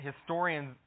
historians